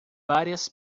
várias